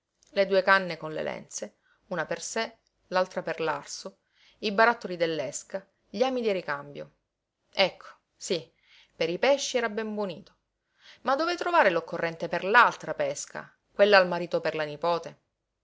le due canne con le lenze una per sé l'altra per l'arso i barattoli dell'esca gli ami di ricambio ecco sí per i pesci era ben munito ma dove trovare l'occorrente per l'altra pesca quella al marito per la nipote